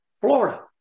Florida